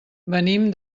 venim